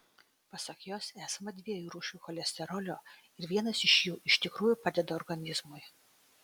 pasak jos esama dviejų rūšių cholesterolio ir vienas iš jų iš tikrųjų padeda organizmui